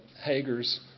Hager's